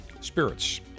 spirits